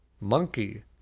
monkey